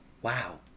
Wow